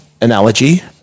...analogy